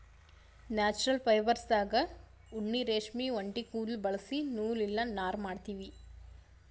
natural ಫೈಬರ್ಸ್ದಾಗ್ ಉಣ್ಣಿ ರೇಷ್ಮಿ ಒಂಟಿ ಕುದುಲ್ ಬಳಸಿ ನೂಲ್ ಇಲ್ಲ ನಾರ್ ಮಾಡ್ತೀವಿ